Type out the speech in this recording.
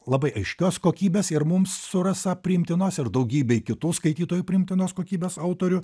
labai aiškios kokybės ir mums su rasa priimtinos ir daugybei kitų skaitytojų priimtinos kokybės autorių